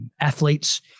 athletes